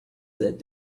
that